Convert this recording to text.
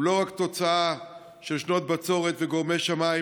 הוא לא רק תוצאה של שנות בצורת וגורמי שמיים,